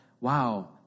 wow